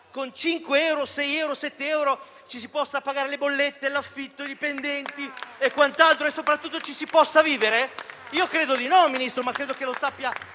con 5, 6 o 7 euro si possano pagare le bollette, l'affitto, i dipendenti e quant'altro e soprattutto ci si possa vivere? Io credo di no, Ministro, ma credo che lo sappia